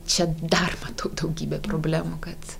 čia dar matau daugybę problemų kad